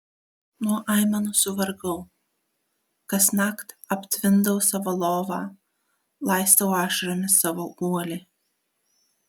nuo aimanų suvargau kasnakt aptvindau savo lovą laistau ašaromis savo guolį